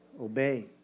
Obey